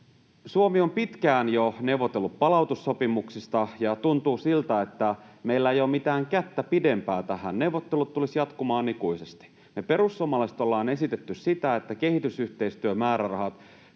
Suomi on jo pitkään neuvotellut palautussopimuksista, ja tuntuu siltä, että meillä ei ole mitään kättä pidempää tähän: neuvottelut tulisivat jatkumaan ikuisesti. Me perussuomalaiset ollaan esitetty sitä, että kehitysyhteistyömäärärahat